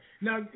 Now